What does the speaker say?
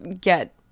get